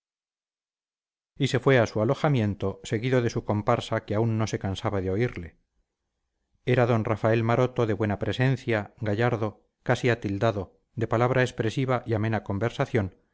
y se fue a su alojamiento seguido de su comparsa que aún no se cansaba de oírle era d rafael maroto de buena presencia gallardo casi atildado de palabra expresiva y amena conversación